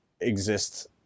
exist